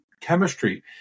chemistry